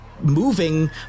moving